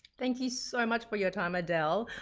thank you so much for your time adele.